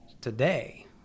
today